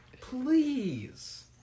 Please